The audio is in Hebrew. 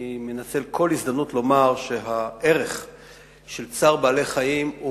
אני מנצל כל הזדמנות לומר שהערך של צער בעלי-חיים הוא